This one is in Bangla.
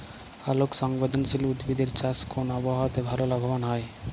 আলোক সংবেদশীল উদ্ভিদ এর চাষ কোন আবহাওয়াতে ভাল লাভবান হয়?